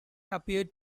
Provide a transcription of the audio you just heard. appeared